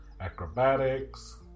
acrobatics